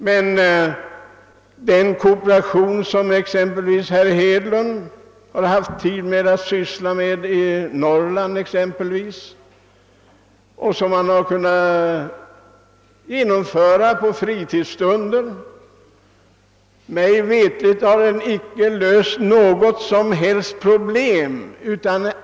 Men den kooperation som exempelvis herr Hedlund haft tid att syssla med i Norrland på sina lediga stunder har mig veterligt inte löst några problem.